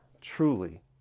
truly